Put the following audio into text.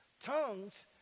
Tongues